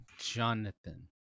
Jonathan